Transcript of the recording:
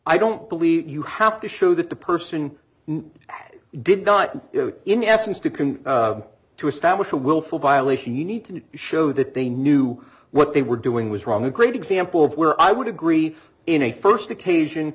i don't believe you have to show that the person did not in essence to can to establish a willful violation you need to show that they knew what they were doing was wrong a great example of where i would agree in a first occasion